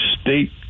state